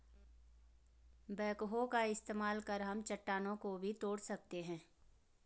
backhoe का इस्तेमाल कर हम चट्टानों को भी तोड़ सकते हैं